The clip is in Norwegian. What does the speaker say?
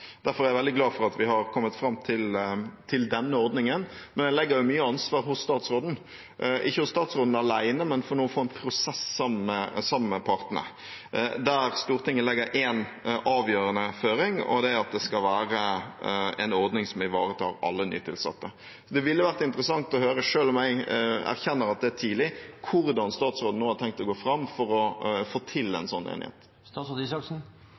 Derfor er jeg veldig glad for at vi har kommet fram til denne ordningen. Men det legger mye ansvar hos statsråden, ikke hos statsråden alene, men for en form for prosess sammen med partene, der Stortinget legger én avgjørende føring, nemlig at det skal være en ordning som ivaretar alle nytilsatte. Det ville vært interessant å høre – selv om jeg erkjenner at det er tidlig – hvordan statsråden nå har tenkt å gå fram for å få til en slik enighet.